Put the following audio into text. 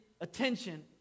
attention